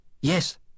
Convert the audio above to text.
Yes